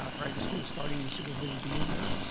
ah prior to school starting, the supervision being there.